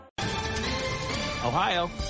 ohio